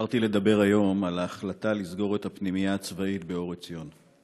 בחרתי לדבר היום על ההחלטה לסגור את הפנימייה הצבאית באור עציון.